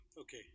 okay